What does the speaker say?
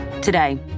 Today